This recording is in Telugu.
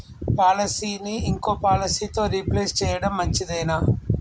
పాలసీని ఇంకో పాలసీతో రీప్లేస్ చేయడం మంచిదేనా?